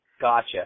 Gotcha